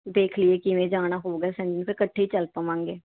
ਦੇਖ ਲਈਏ ਕਿਵੇਂ ਜਾਣਾ ਹੋਵੇਗਾ ਸਾਨੂੰ ਫਿਰ ਇਕੱਠੇ ਹੀ ਚੱਲ ਪਵਾਂਗੇ